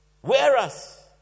Whereas